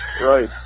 Right